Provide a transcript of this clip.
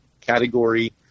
category